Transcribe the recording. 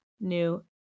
New